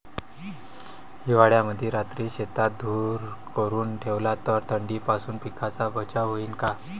हिवाळ्यामंदी रात्री शेतात धुर करून ठेवला तर थंडीपासून पिकाचा बचाव होईन का?